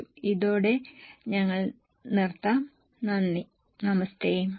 ഇതോടെ ഞങ്ങൾ നിർത്താം നമസ്തേ നന്ദി